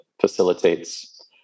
facilitates